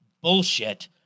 bullshit